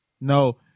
No